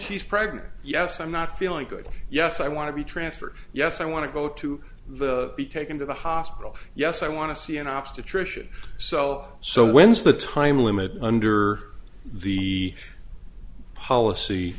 she's pregnant yes i'm not feeling good yes i want to be transferred yes i want to go to the be taken to the hospital yes i want to see an obstetrician so so when's the time limit under the policy